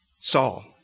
Saul